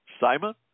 Simon